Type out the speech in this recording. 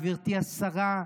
גברתי השרה,